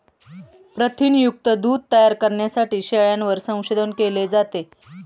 प्रथिनयुक्त दूध तयार करण्यासाठी शेळ्यांवर संशोधन केले जाते